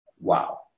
Wow